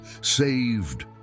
Saved